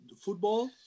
football